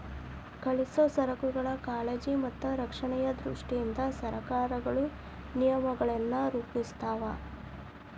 ಕಳುಹಿಸೊ ಸರಕುಗಳ ಕಾಳಜಿ ಮತ್ತ ರಕ್ಷಣೆಯ ದೃಷ್ಟಿಯಿಂದ ಸರಕಾರಗಳು ನಿಯಮಗಳನ್ನ ರೂಪಿಸ್ತಾವ